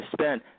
spend